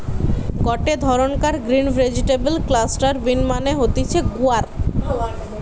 গটে ধরণকার green vegetable cluster bean মানে হতিছে গুয়ার